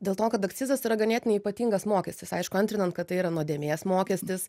dėl to kad akcizas yra ganėtinai ypatingas mokestis aišku antrinant kad tai yra nuodėmės mokestis